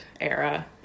era